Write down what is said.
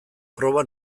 proba